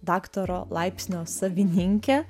daktaro laipsnio savininkę